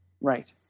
Right